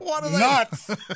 nuts